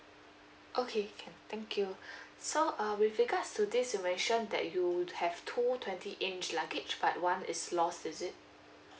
okay can thank you so uh with regards to this you mentioned that you have two twenty inch luggage but one is lost is it